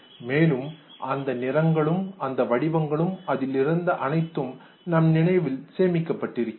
மேலும் அந்த நிறங்களும் அந்த வடிவங்களும் அதில் இருந்த அனைத்தும் நம் நினைவில் சேமிக்கப்பட்டு இருக்கிறது